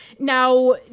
Now